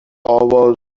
آواز